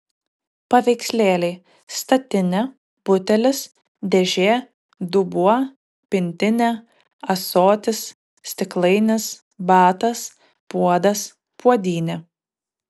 paveikslėliai statinė butelis dėžė dubuo pintinė ąsotis stiklainis batas puodas puodynė